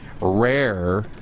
rare